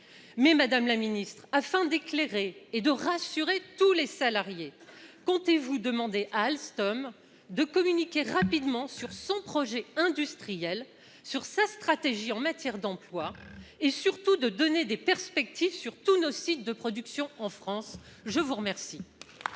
600. Madame la secrétaire d'État, afin d'éclairer et de rassurer tous les salariés, comptez-vous demander à Alstom de communiquer rapidement sur son projet industriel et sur sa stratégie en matière d'emploi et, surtout, de tracer des perspectives pour tous nos sites de production en France ? La parole